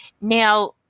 Now